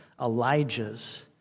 Elijah's